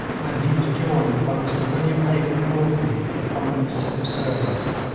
when he was joined by mr william hay macnaghten, of the company's civil service,